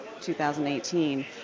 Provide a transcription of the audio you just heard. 2018